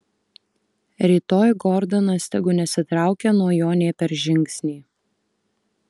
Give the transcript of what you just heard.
rytoj gordonas tegu nesitraukia nuo jo nė per žingsnį